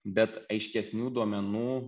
bet aiškesnių duomenų